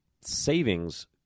savings